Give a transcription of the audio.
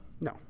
No